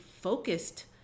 focused